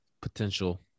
potential –